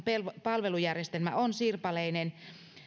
palvelujärjestelmä on sirpaleinen